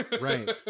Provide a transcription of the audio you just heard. right